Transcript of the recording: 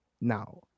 now